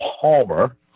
Palmer